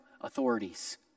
authorities